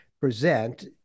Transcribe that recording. present